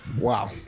Wow